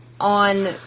on